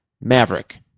Maverick